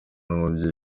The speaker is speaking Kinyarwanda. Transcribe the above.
n’umubyeyi